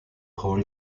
whole